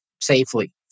safely